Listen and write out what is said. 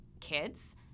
kids